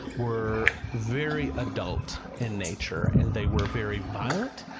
were very adult in nature, and they were very violent,